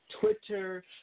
Twitter